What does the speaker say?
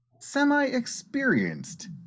semi-experienced